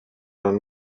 ond